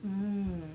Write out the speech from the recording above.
mm